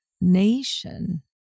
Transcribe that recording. nation